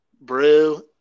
Brew